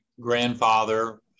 grandfather